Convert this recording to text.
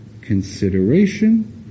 consideration